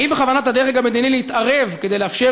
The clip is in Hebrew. האם בכוונת הדרג המדיני להתערב כדי לאפשר